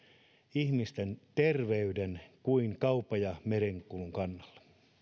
ihmisten terveyden kuin kaupan ja merenkulun kannalla